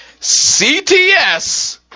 CTS